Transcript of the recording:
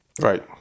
Right